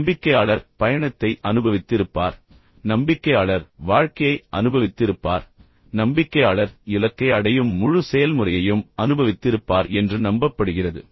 நம்பிக்கையாளர் பயணத்தை அனுபவித்திருப்பார் நம்பிக்கையாளர் வாழ்க்கையை அனுபவித்திருப்பார் நம்பிக்கையாளர் இலக்கை அடையும் முழு செயல்முறையையும் அனுபவித்திருப்பார் என்று நம்பப்படுகிறது